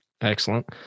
Excellent